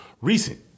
recent